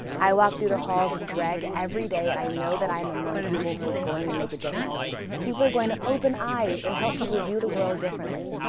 i walked through the halls of greg everyday and i know that i'm among people who are going to make a difference people who are going to open eyes and help people view the world differently.